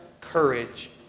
courage